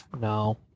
No